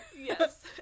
Yes